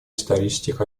исторических